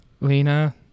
Lena